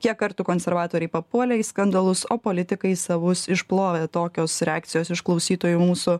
kiek kartų konservatoriai papuolė į skandalus o politikai savus išplovė tokios reakcijos iš klausytojų mūsų